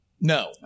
No